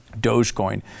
Dogecoin